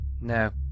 No